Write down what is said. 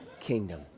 kingdom